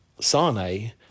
Sane